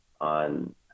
on